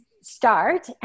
Start